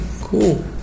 cool